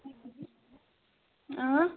اۭں